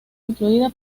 influida